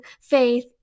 faith